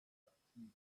aktiv